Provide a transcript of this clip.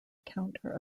counter